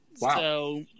wow